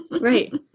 right